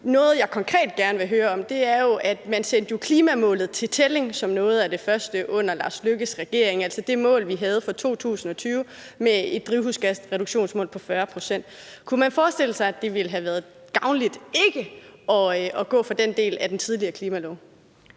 Noget, jeg konkret gerne vil høre om, er jo, at man under Lars Løkke Rasmussens regering som noget af det første sendte klimamålet til tælling, altså det mål, vi havde fra 2020, med et drivhusgasreduktionsmål på 40 pct. Kunne man forestille sig, at det ville have været gavnligt ikke at gå fra den del af den tidligere klimalov?